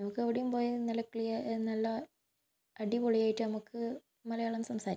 നമുക്ക് എവിടെയും പോയാൽ നല്ല ക്ലിയർ നല്ല അടിപൊളിയായിട്ട് നമുക്ക് മലയാളം സംസാരിക്കാം